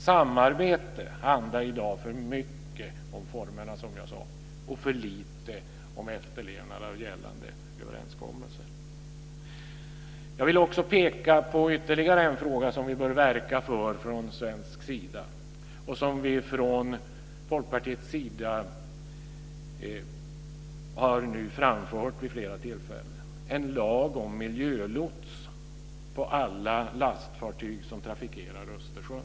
Samarbete handlar i dag för mycket om formerna, som jag sade, och för lite om efterlevnad av gällande överenskommelser. Jag vill också peka på ytterligare en fråga som vi bör verka för från svensk sida och som vi från Folkpartiets sida nu har framfört vid flera tillfällen, nämligen en lag om miljölots på alla lastfartyg som trafikerar Östersjön.